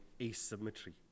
asymmetry